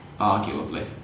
arguably